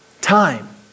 Time